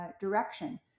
direction